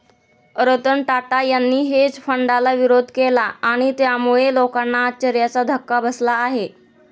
रतन टाटा यांनी हेज फंडाला विरोध केला आणि त्यामुळे लोकांना आश्चर्याचा धक्का बसला आहे